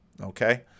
okay